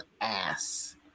ass